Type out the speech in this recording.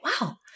wow